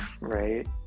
Right